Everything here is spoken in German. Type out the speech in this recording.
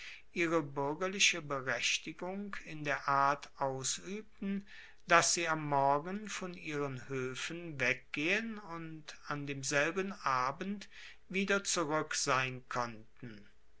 ihre buergerliche berechtigung in der art ausuebten dass sie am morgen von ihren hoefen weggehen und an demselben abend wieder zurueck sein konnten